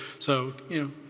so you know,